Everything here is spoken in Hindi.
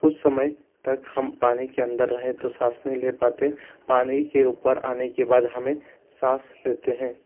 कुछ समय तक हम पानी के अन्दर रहें तो साँस नहीं ले पाते पानी के ऊपर आने के बाद हमें साँस लेते हैं